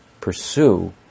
pursue